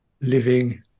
living